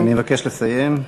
אני מבקש לסיים.